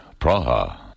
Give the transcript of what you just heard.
Praha